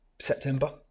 September